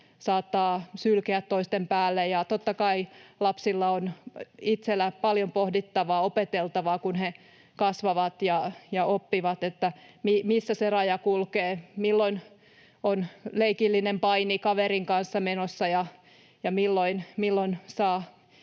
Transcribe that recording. saattaa sylkeä toisten päälle, ja totta kai lapsilla on itsellä paljon pohdittavaa, opeteltavaa, kun he kasvavat ja oppivat, missä se raja kulkee: milloin on leikillinen paini kaverin kanssa menossa, milloin saa